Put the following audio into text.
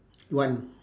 one